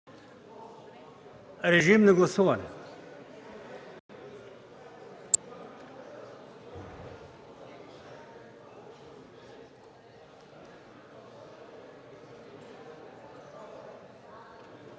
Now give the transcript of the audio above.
Режим на гласуване.